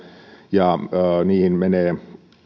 ja niihin menee